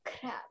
crap